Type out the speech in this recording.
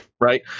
right